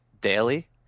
daily